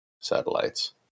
satellites